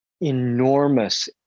enormous